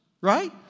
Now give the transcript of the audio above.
right